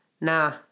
Nah